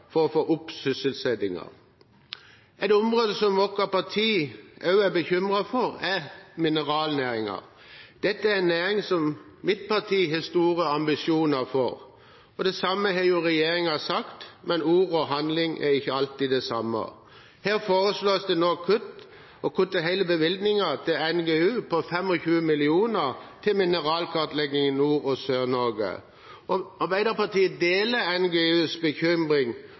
for å få opp sysselsettingen? Et område som vårt parti også er bekymret for, er mineralnæringen. Dette er en næring som mitt parti har store ambisjoner for. Det samme har jo regjeringen sagt, men ord og handling er ikke alltid det samme. Her foreslås det nå å kutte hele bevilgningen til NGU på 25 mill. kr til mineralkartlegging i Nord-Norge og Sør-Norge. Arbeiderpartiet deler NGUs bekymring